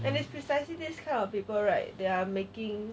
and that's precisely this kind of people right that are making